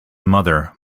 mother